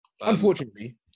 Unfortunately